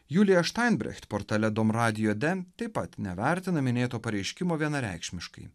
julija štainbrecht portale dom radijo dem taip pat nevertina minėto pareiškimo vienareikšmiškai